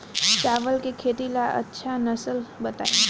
चावल के खेती ला अच्छा नस्ल बताई?